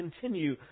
continue